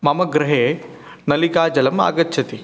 मम गृहे नलिकाजलम् आगच्छति